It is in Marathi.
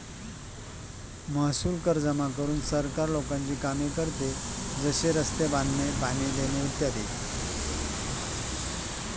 महसूल कर जमा करून सरकार लोकांची कामे करते, जसे रस्ते बांधणे, पाणी देणे इ